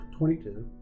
22